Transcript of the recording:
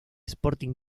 sporting